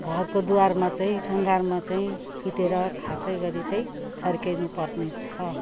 घरको द्वारमा चाहिँ सङ्घारमा चाहिँ फिटेर खासै गरी चाहिँ छर्किनु पर्ने छ